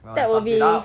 well that sums it up